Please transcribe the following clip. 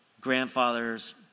grandfather's